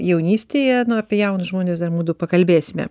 jaunystėje apie jaunus žmones dar mudu pakalbėsime